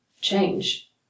change